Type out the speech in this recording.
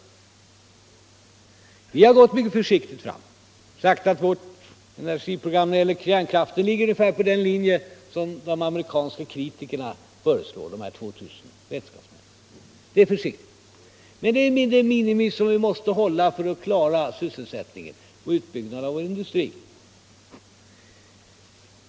Vi har gått mycket försiktigt fram och sagt att vårt energiprogram när det gäller kärnkraften ligger ungefär på den linje som de amerikanska kritikerna föreslår. Men det är ett minimum för att vi skall kunna klara sysselsättningen och utbyggnaden av vår industri.